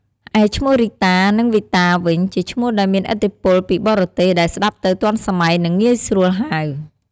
ឯឈ្មោះរីតានិងវីតាវិញ ជាឈ្មោះដែលមានឥទ្ធិពលពីបរទេស ដែលស្តាប់ទៅទាន់សម័យ និងងាយស្រួលហៅ។